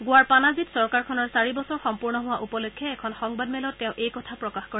গোৱাৰ পানাজীত চৰকাৰখনৰ চাৰি বছৰ সম্পূৰ্ণ হোৱা উপলক্ষে এখন সংবাদমেলত তেওঁ এই কথা প্ৰকাশ কৰে